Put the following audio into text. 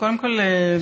קודם כול,